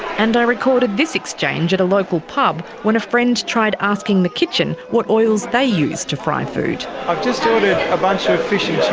and i recorded this exchange at a local pub when a friend tried asking the kitchen what oils they used to fry food. i've just ordered a bunch of fish and chips,